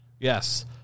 Yes